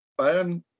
Bayern